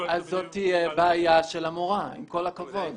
זאת תהיה בעיה של המורה, עם כל הכבוד.